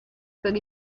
per